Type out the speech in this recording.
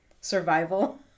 survival